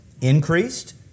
increased